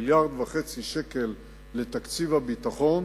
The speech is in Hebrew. מיליארד וחצי שקל לתקציב הביטחון